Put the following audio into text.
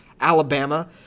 Alabama